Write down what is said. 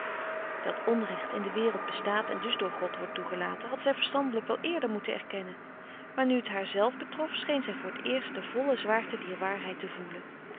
dat onrecht in de wereld bestaat en dus door god wordt toegelaten had zij verstandelijk wel eerder moeten erkennen maar nu t haar zelf betrof scheen zij voor t eerst de volle zwaarte dier waarheid te voelen